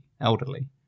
elderly